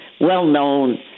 well-known